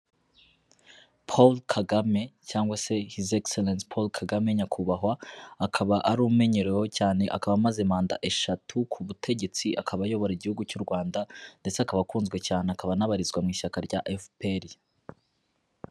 Paul Kagame cyangwa se his excellence Paul Kagame nyakubahwa, akaba ari umenyereweho cyane, akaba amaze manda eshatu ku butegetsi, akaba ayobora igihugu cy'u Rwanda ndetse akaba akunzwe cyane, akaba anabarizwa mu ishyaka rya FPR.